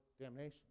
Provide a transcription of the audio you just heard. damnation